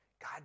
God